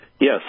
Yes